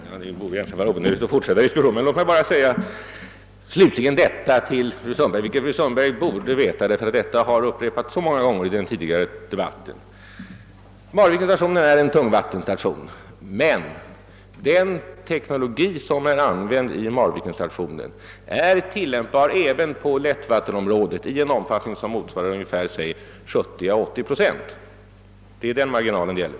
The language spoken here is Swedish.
Herr talman! Det borde egentligen vara onödigt att fortsätta denna diskussion, men låt mig sluta med att säga följande till fru Sundberg — som hon borde veta redan, eftersom det har upprepats så många gånger i den tidigare debatten om dessa frågor. Marvikensta tionen är en tungvattenstation, men den teknologi som där är använd är tilllämpbar även på lättvattenområdet, enligt vad det uppskattats i en omfattning som motsvarar 70 å 80 procent. Det är den marginalen det gäller.